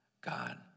God